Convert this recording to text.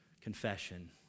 Confession